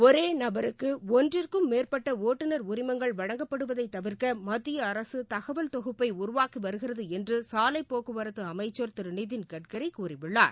ஒரே நபருக்கு ஒன்றிற்கும் மேற்பட்ட ஒட்டுநர் உரிமங்கள் வழங்கப்படுவதை தவிர்க்க மத்திய அரசு தகவல் தொகுப்பை உருவாக்கி வருகிறது என்று சாவைப்போக்குவரத்து அமைச்சர் திரு நிதின்கட்கரி கூறியுள்ளார்